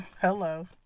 Hello